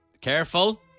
Careful